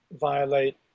violate